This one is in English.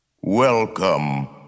Welcome